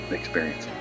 experience